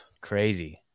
Crazy